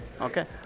Okay